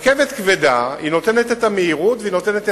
רכבת כבדה נותנת את המהירות ונותנת את